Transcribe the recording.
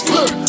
Look